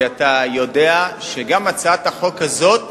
ואתה יודע שגם הצעת החוק הזאת